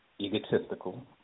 egotistical